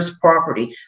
property